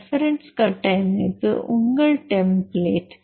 reference கட்டமைப்பு உங்கள் template